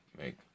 make